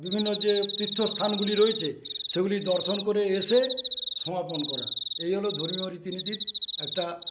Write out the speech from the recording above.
বিভিন্ন যে তীর্থ স্থানগুলি রয়েছে সেগুলির দর্শন করে এসে সমাপন করা এই হলো ধর্মীয় রীতিনীতির একটা